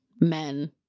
men